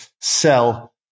sell